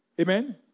Amen